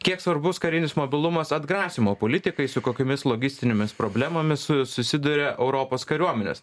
kiek svarbus karinis mobilumas atgrasymo politikai su kokiomis logistinėmis problemomis susiduria europos kariuomenės